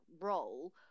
role